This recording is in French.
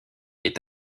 est